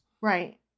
Right